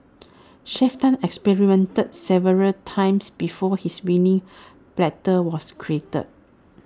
Chef Tan experimented several times before his winning platter was created